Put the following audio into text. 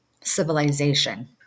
civilization